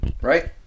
right